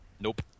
Nope